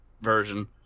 version